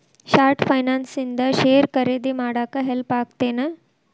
short finance ಇಂದ share ಖರೇದಿ ಮಾಡಾಕ ಹೆಲ್ಪ್ ಆಗತ್ತೇನ್